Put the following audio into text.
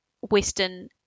Western